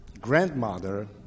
grandmother